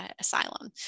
asylum